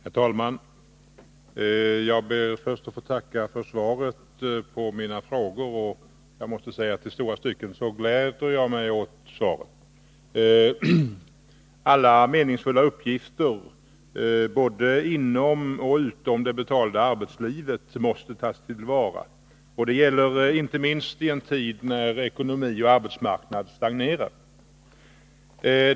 Herr talman! Jag ber först att få tacka för svaret på mina frågor. Jag måste säga att jag i stora stycken finner svaret glädjande. Alla meningsfulla uppgifter både inom och utom det betalda arbetslivet måste beaktas. Det gäller inte minst i en tid när ekonomi och arbetsmarknad stagnerar.